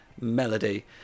melody